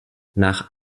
nach